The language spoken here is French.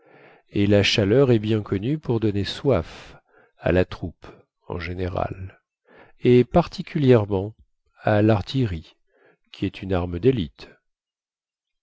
et la chaleur est bien connue pour donner soif à la troupe en général et particulièrement à lartillerie qui est une arme délite